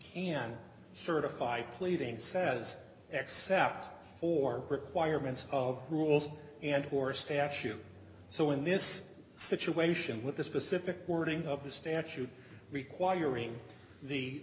can certify pleadings says except for requirements of rules and or statute so in this situation with the specific wording of the statute requiring the